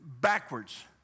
backwards